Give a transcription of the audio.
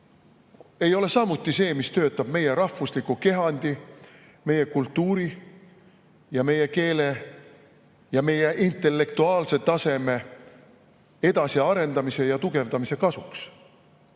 ei ole samuti see, mis töötab meie rahvusliku kehandi, meie kultuuri ja meie keele ja meie intellektuaalse taseme edasiarendamise ja tugevdamise kasuks.